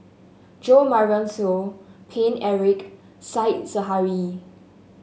Jo Marion Seow Paine Eric Said Zahari